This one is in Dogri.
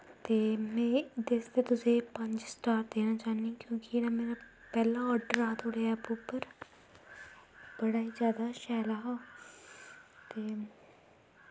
ते में एह्दै आस्तै तुसेंगी पंज स्टार देना चाह्नी क्योंकि एह्दा मेरा पैह्ला आर्डर हा तोआड़ी ऐप उप्पर बड़ा गै जादा शैल हा ते